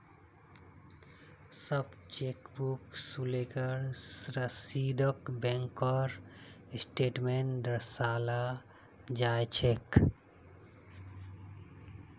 सब चेकबुक शुल्केर रसीदक बैंकेर स्टेटमेन्टत दर्शाल जा छेक